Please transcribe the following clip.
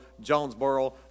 Jonesboro